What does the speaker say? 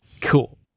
Cool